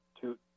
two